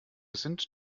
sind